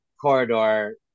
corridor